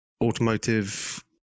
automotive